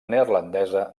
neerlandesa